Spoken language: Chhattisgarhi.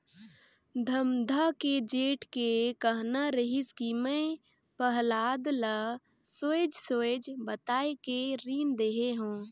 धमधा के सेठ के कहना रहिस कि मैं पहलाद ल सोएझ सोएझ बताये के रीन देहे हो